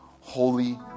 holy